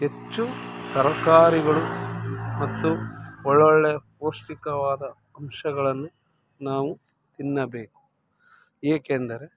ಹೆಚ್ಚು ತರಕಾರಿಗಳು ಮತ್ತು ಒಳ್ಳೊಳ್ಳೆಯ ಪೌಷ್ಠಿಕವಾದ ಅಂಶಗಳನ್ನು ನಾವು ತಿನ್ನಬೇಕು ಏಕೆಂದರೆ